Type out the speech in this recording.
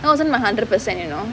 that wasn't my hundred percent you know